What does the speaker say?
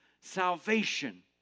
salvation